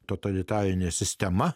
totalitarinė sistema